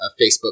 Facebook